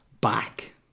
back